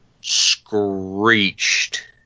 screeched